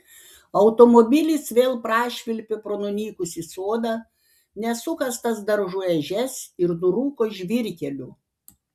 automobilis vėl prašvilpė pro nunykusį sodą nesukastas daržų ežias ir nurūko žvyrkeliu